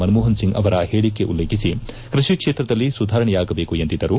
ಮನಮೋಹನ್ ಸಿಂಗ್ ಅವರ ಹೇಳಿಕೆ ಉಲ್ಲೇಖಿಸಿ ಕೃಷಿ ಕ್ಷೇತ್ರದಲ್ಲಿ ಸುಧಾರಣೆಯಾಗಬೇಕು ಎಂದಿದ್ದರು